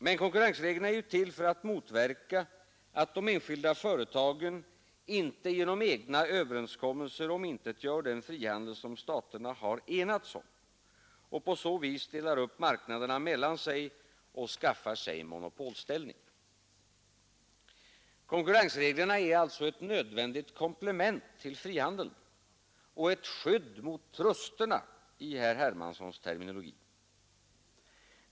Men konkurrensreglerna är ju till för att motverka att de enskilda företagen genom egna överenskommelser omintetgör den frihandel som staterna har enats om och på så vis delar upp marknaderna mellan sig och skaffar sig monopolställning. Konkurrensreglerna är alltså ett nödvändigt komplement till frihandeln och ett skydd mot truster, i herr Hermanssons terminologi.